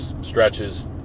stretches